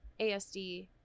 ASD